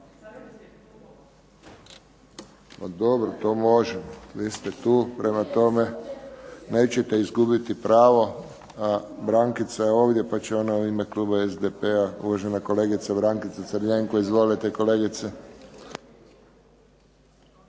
dobro to može. Vi ste tu, prema tome nećete izgubiti pravo, a Brankica je ovdje pa će ona u ime kluba SDP-a. Uvažena kolegica Brankica Crljenko. Izvolite kolegice.